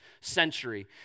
century